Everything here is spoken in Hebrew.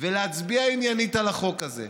ולהצביע עניינית על החוק הזה.